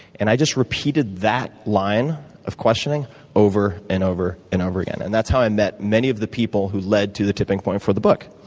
and i just repeated that line of questioning over and over and over again. and that's how i met many of the people who led to the tipping point for the book.